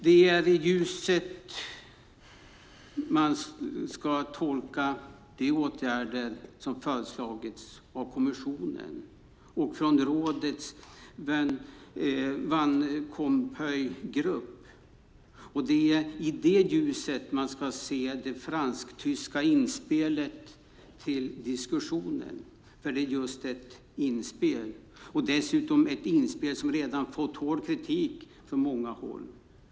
Det är i det ljuset man ska tolka de åtgärder som föreslagits av kommissionen och av rådets Van Rompuy-grupp, och det är i det ljuset man ska se det fransk-tyska inspelet till diskussionen. För det är just ett inspel, och dessutom ett inspel som redan fått hård kritik från många håll.